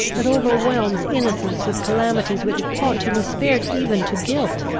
that overwhelms innocence with calamities which ought to be spared even to guilt!